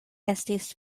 estis